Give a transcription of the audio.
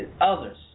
others